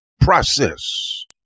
process